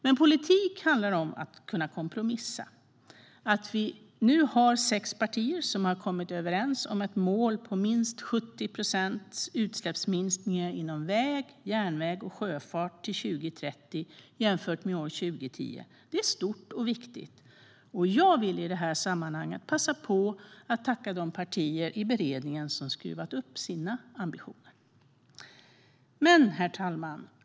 Men politik handlar om att kunna kompromissa. Att sex partier nu har kommit överens om ett mål om minst 70 procents utsläppsminskningar inom väg, järnväg och sjöfartstrafik till 2030, jämfört med år 2010, är stort och viktigt. Och jag vill passa på att tacka de partier i beredningen som har skruvat upp sina ambitioner. Herr talman!